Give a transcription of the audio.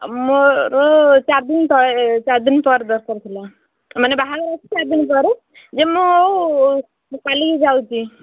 ମୋର ଚାରଦିନ ତଳେ ଚାରଦିନ ପରେ ଦରକାର ଥିଲା ମାନେ ବାହାଘର ଅଛି ଚାରଦିନ ପରେ ଯେ ମୁଁ ମୁଁ କାଲିକି ଯାଉଛି